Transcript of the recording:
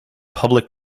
public